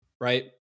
right